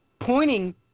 pointing